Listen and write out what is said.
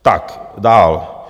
Tak dál.